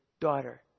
daughter